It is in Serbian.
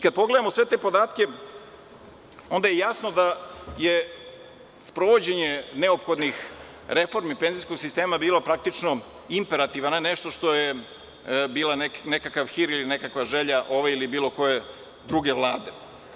Kada pogledamo sve te podatke onda je jasno da je sprovođenje neophodnih reformi penzijskog sistema bilo praktično imperativan, a ne nešto što je bio nekakav hir ili nekakva želja ove, ili bilo koje druge Vlade.